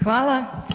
Hvala.